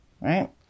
Right